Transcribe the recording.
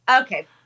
Okay